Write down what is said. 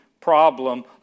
Problem